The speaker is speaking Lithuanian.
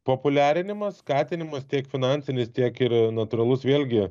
populiarinimas skatinimas tiek finansinis tiek ir natūralus vėlgi